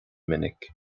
minic